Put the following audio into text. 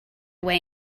way